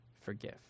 forgive